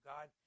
God